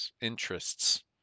interests